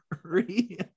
Three